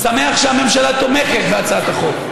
אני שמח שהממשלה תומכת בהצעת החוק.